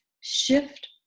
shift